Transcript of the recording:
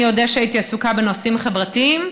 אני אודה שהייתי עסוקה בנושאים חברתיים.